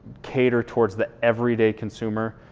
cater towards the everyday consumer